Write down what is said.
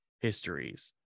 histories